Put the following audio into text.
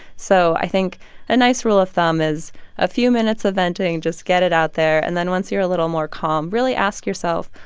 so i think a nice rule of thumb is a few minutes of venting, just get it out there. and then once you're a little more calm, really ask yourself,